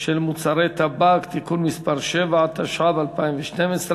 של מוצרי טבק (תיקון מס' 7), התשע"ב 2012,